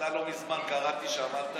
לא מזמן קראתי שאמרת